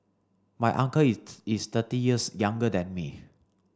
my uncle is is thirty years younger than me